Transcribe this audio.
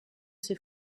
ses